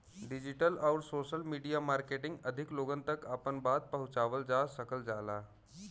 digital आउर social media marketing अधिक लोगन तक आपन बात पहुंचावल जा सकल जाला